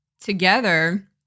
together